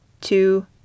Two